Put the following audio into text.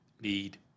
need